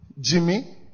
Jimmy